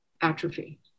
atrophy